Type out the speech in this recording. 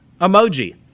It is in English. emoji